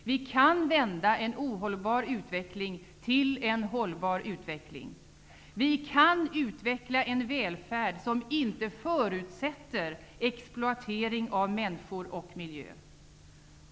Vi kan vända en ohållbar utveckling till en hållbar utveckling. Vi kan utveckla en välfärd som inte förutsätter exploatering av människor och miljö.